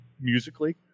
musically